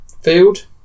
Field